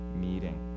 meeting